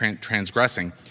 transgressing